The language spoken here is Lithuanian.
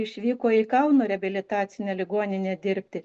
išvyko į kauno reabilitacinę ligoninę dirbti